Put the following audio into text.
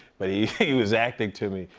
but he he was acting to me.